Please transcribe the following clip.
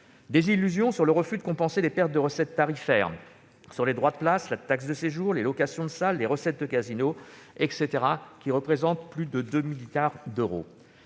Désillusion ensuite sur le refus de compenser les pertes de recettes tarifaires sur les droits de place, la taxe de séjour, les locations de salles ou les recettes de casinos, qui représentent plus de 2 milliards d'euros.